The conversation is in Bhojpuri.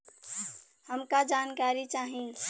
हमका जानकारी चाही?